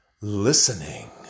listening